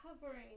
covering